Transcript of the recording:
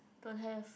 don't have